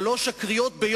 בשלוש הקריאות?